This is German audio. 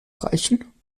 reichen